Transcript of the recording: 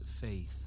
faith